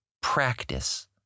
practice